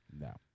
No